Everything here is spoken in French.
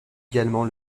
également